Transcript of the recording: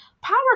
power